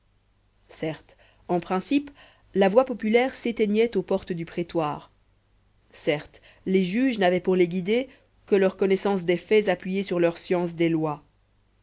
certes en principe la voix populaire s'éteignait aux portes du prétoire certes les juges n'avaient pour les guider que leur connaissance des faits appuyée sur leur science des lois